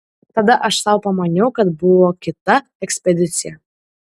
tada aš sau pamaniau kad buvo kita ekspedicija